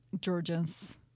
Georgians